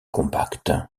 compact